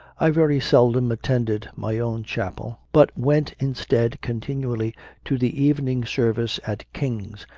i very seldom attended my own chapel, but went instead continually to the evening service at king s,